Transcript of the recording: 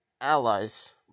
allies